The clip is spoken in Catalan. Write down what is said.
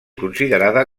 considerada